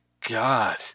god